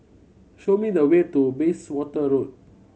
show me the way to Bayswater Road